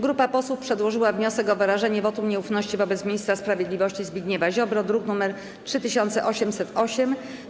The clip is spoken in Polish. Grupa posłów przedłożyła wniosek o wyrażenie wotum nieufności wobec ministra sprawiedliwości Zbigniewa Ziobry, druk nr 3808.